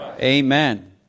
Amen